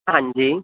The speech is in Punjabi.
ਹਾਂਜੀ